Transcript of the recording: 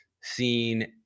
seen